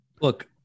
Look